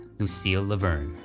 lucille la verne.